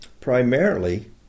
primarily